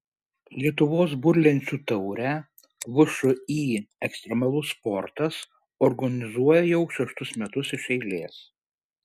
lietuvos burlenčių taurę všį ekstremalus sportas organizuoja jau šeštus metus iš eilės